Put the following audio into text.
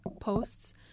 posts